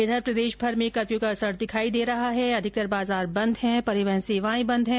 इधर प्रदेशभर में कप्यू का असर दिखाई दे रहा है अधिकतर बाजार बंद है परिवहन सेवाए बंद है